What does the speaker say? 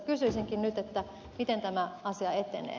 kysyisinkin nyt miten tämä asia etenee